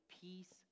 peace